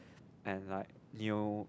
and like new